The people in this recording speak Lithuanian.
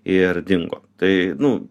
ir dingo tai nu